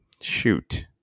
shoot